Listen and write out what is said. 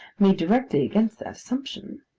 made directly against that assumption.